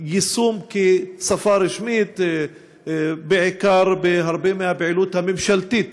ליישום כשפה רשמית בעיקר בהרבה מהפעילות הממשלתית